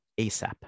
ASAP